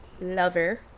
lover